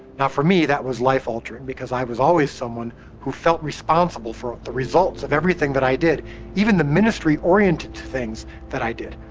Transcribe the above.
now, for me that was life altering because i was always someone who felt responsible for the results and everything that i did even the ministry oriented to things that i did.